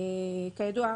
כידוע,